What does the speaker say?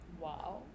wow